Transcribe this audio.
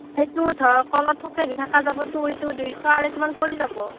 সেইটো ধৰক কলৰ থোকেদি ঢাকা যাবতো সেইটো দুইশ আঢ়ৈশ মান পৰি যাব